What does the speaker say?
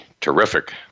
terrific